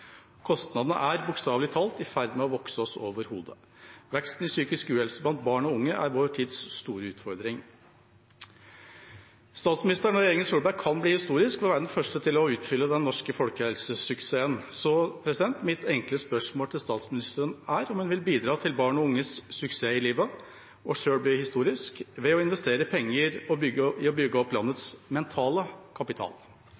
Kostnadene er bokstavelig talt i ferd med å vokse oss over hodet. Veksten i psykisk uhelse blant barn og unge er vår tids store utfordring. Statsministeren, og regjeringa Solberg, kan bli historisk ved å være den første til å utfylle den norske folkehelsesuksessen. Så mitt enkle spørsmål til statsministeren er: Vil hun bidra til barn og unges suksess i livet og selv bli historisk ved å investere penger i å bygge opp